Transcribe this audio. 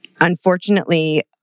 unfortunately